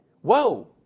Whoa